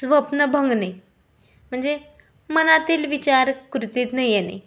स्वप्न भंगणे म्हणजे मनातील विचार कृतीत न येणे